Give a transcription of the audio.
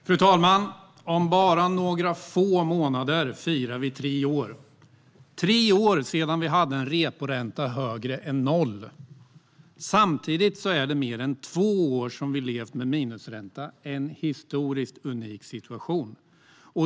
Fru talman! Om bara några få månader firar vi tre år sedan vi hade en reporänta högre än noll. Samtidigt har vi levt med minusränta i mer än två år. Det är en historiskt unik situation.